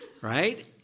right